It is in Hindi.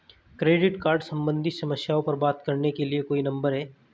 क्रेडिट कार्ड सम्बंधित समस्याओं पर बात करने के लिए कोई नंबर है?